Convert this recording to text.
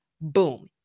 Boom